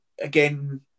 again